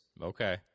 Okay